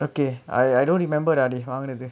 okay I I don't remember that if I'm going to do